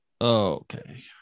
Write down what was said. Okay